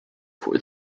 for